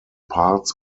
parts